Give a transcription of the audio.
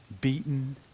beaten